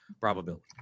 probability